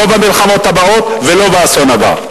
לא במלחמות הבאות ולא באסון הבא.